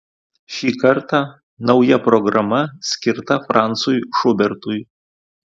šį kartą nauja programa skirta francui šubertui